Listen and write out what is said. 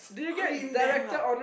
scream damn loud